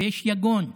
ויש יגון.